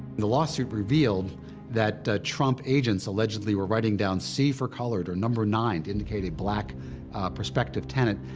the lawsuit revealed that trump agents allegedly were writing down c for colored or number nine to indicate a black prospective tenant,